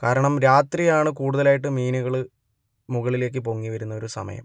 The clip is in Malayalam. കാരണം രാത്രിയാണ് കൂടുതലായിട്ട് മീനുകള് മുകളിലേക്ക് പൊങ്ങി വരുന്ന ഒരു സമയം